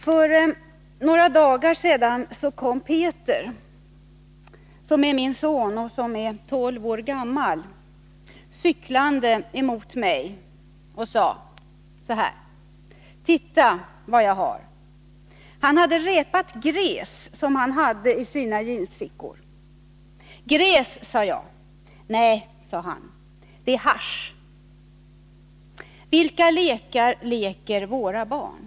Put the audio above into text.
För några dagar sedan kom Peter, som är min son och som är tolv år gammal, cyklande emot mig och sade: ”Titta vad jag har.” Han hade repat gräs, som han förvarade i sina jeansfickor. ”Gräs?”, frågade jag. ”Nej”, svarade han, ”det är hasch.” Vilka lekar leker våra barn?